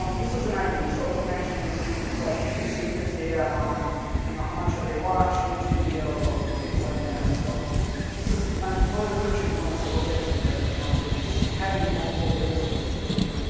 um this was an id. so it wasn't actually a student, but you can see it gives data on you know how much have they watched, which video, um things like that. so this is um one of the friction points that we'll get to, that you know having multiple data sources really